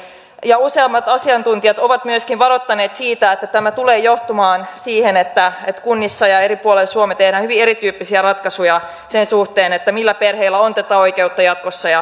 ja useammat asiantuntijat ovat myöskin varoittaneet siitä että tämä tulee johtamaan siihen että kunnissa ja eri puolilla suomea tehdään hyvin erityyppisiä ratkaisuja sen suhteen millä perheillä on tämä oikeus jatkossa ja millä ei